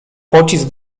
pocisk